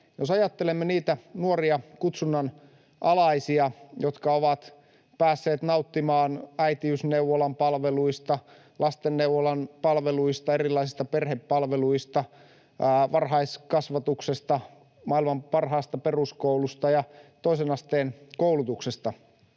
Jos ajattelemme niitä nuoria kutsunnanalaisia, jotka ovat päässeet nauttimaan äitiysneuvolan palveluista, lastenneuvolan palveluista, erilaisista perhepalveluista, varhaiskasvatuksesta, maailman parhaasta peruskoulusta ja toisen asteen koulutuksesta,